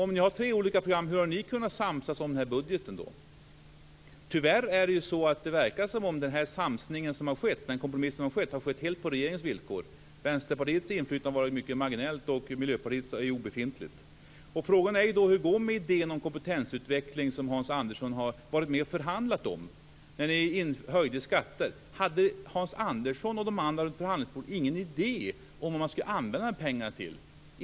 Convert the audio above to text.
Om ni har tre olika program undrar jag hur ni har kunnat samsas om den här budgeten. Tyvärr verkar det som om den kompromiss som har skett har skett helt på regeringens villkor. Vänsterpartiets inflytande har varit mycket marginellt och Miljöpartiets är obefintligt. Frågan är då hur det går med idén om kompetensutveckling, som Hans Andersson var med och förhandlade om när ni höjde skatter. Hade Hans Andersson och de andra runt förhandlingsbordet ingen idé om vad man skulle använda pengarna till?